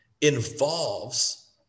involves